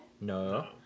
No